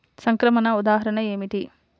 సంక్రమణ ఉదాహరణ ఏమిటి?